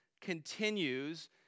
continues